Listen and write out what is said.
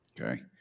Okay